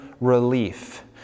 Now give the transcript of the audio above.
relief